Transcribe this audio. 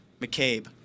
McCabe